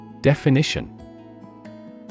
Definition